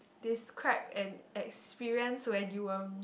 describe an experience when you were